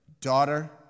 daughter